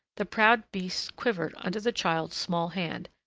the proud beasts quivered under the child's small hand,